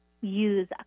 use